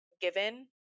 given